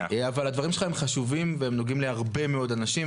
הדברים שלך הם חשובים והם נוגעים להרבה מאוד אנשים,